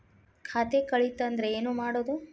ಖಾತೆ ಕಳಿತ ಅಂದ್ರೆ ಏನು ಮಾಡೋದು?